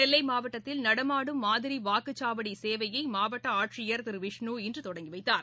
நெல்லை மாவட்டத்தில் நடமாடும் மாதிரி வாக்குச்சாவடி சேவையை மாவட்ட ஆட்சியர் திரு விஷ்ணு இன்று தொடங்கி வைத்தார்